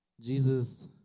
Jesus